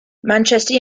manchester